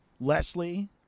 Leslie